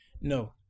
No